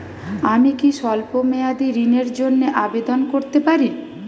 আমি কি স্বল্প মেয়াদি ঋণের জন্যে আবেদন করতে পারি?